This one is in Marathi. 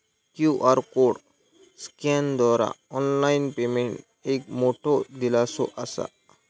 क्यू.आर कोड स्कॅनरद्वारा ऑनलाइन पेमेंट एक मोठो दिलासो असा